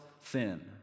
thin